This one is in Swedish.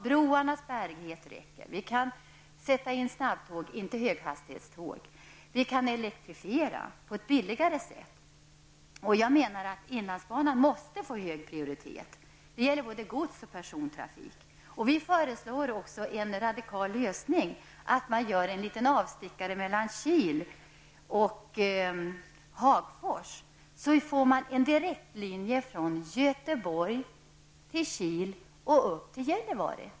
Broarnas bärighet är tillräcklig. Det går att sätta in snabbtåg, men inte höghastighetståg. Det går att elektrifiera på ett billigt sätt. Jag menar att inlandsbanan måste få hög prioritet. Det gäller både gods och persontrafik. Vi föreslår ern radikal lösning. En avstickare kan byggas mellan Kil och Hagfors. Då blir det en direktlinje från Göteborg via Kil och upp till Gällivare.